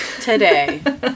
today